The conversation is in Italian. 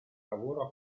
lavoro